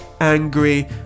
angry